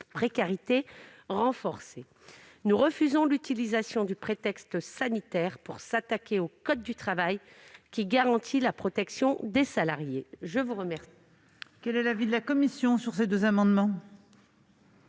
précarité renforcée. Nous refusons que l'on se serve du prétexte sanitaire pour s'attaquer au code du travail, qui garantit la protection des salariés. Quel